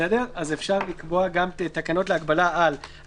אז אפשר לקבוע גם תקנות להגבלה על: "(3)